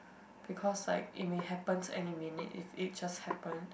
because like it may happened any minute if it just happen